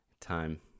time